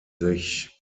sich